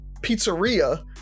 pizzeria